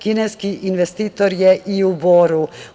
Kineski investitor je i u Boru.